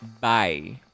Bye